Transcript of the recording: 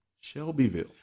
Shelbyville